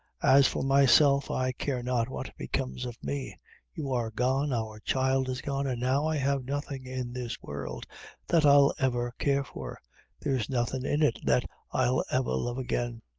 as for myself, i care not what becomes of me you are gone, our child is gone, and now i have nothing in this world that i'll ever care for there's nothing in it that i'll ever love again.